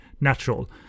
natural